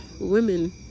women